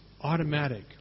automatic